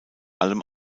allem